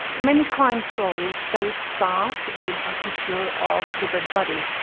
many crime stories, they start with a picture of the dead body.